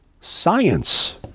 science